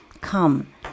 Come